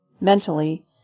Mentally